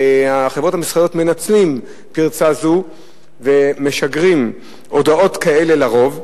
החברות המסחריות מנצלות פרצה זו ומשגרות הודעות כאלה לרוב.